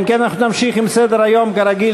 אם כן, אנחנו נמשיך בסדר-היום כרגיל.